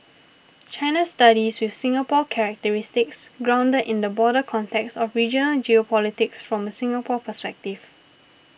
China studies with Singapore characteristics grounded in the broader context of regional geopolitics from a Singapore perspective